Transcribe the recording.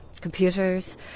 computers